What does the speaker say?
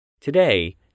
Today